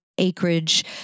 acreage